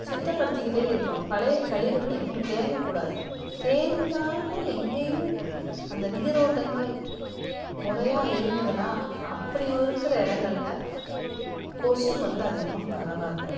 சுத்தப்படுத்திக்கிட்டே இருக்கணும் பழைய கழிவுகள் எங்கும் தேங்கக்கூடாது தேங்காமல் எங்கேயும் அந்த நீரோட்டங்கள் முறையாக இருந்ததுனா அப்படி இருக்கிற இடங்கள்ல கொசு வந்து அதிகமாக பரவாது